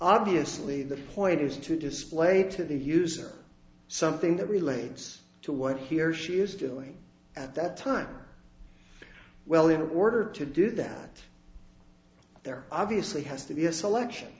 obviously the point is to display to the user something that relates to what he or she is doing at that time well in order to do that there obviously has to be a selection